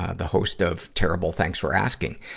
ah the host of terrible, thanks for asking,